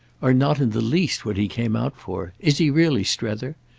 are not in the least what he came out for is he really, strether?